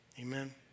Amen